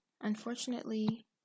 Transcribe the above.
unfortunately